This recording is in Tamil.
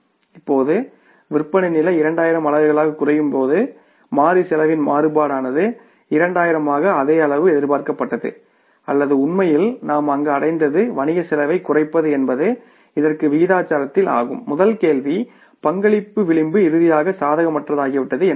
இப்போது விற்பனை நிலை 2000 அலகுளாக குறையும் போது மாறி செலவின் மறுபாடானது 2000 ஆக அதே அளவு எதிர்பார்க்கப்பட்டது அல்லது உண்மையில் நாம் அங்கு அடைந்தது வணிக செலவைக் குறைப்பது என்பது இதற்கு விகிதாசாரத்தில் ஆகும் முதல் கேள்வி கான்ட்ரிபியூஷன் மார்ஜின் இறுதியாக சாதகமற்றதாகிவிட்டது என்பதே